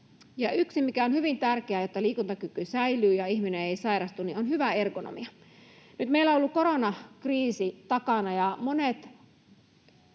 yksi, mikä on hyvin tärkeää, jotta liikuntakyky säilyy ja ihminen ei sairastu, on hyvä ergonomia. Nyt meillä on ollut koronakriisi takana, ja monet